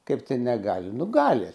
kaip tai negali nu gali